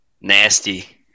Nasty